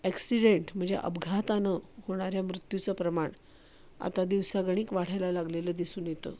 accident म्हणजे अपघातानं होणाऱ्या मृत्यूचं प्रमाण आता दिवसागणिक वाढायला लागलेलं दिसून येतं